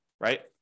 right